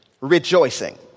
rejoicing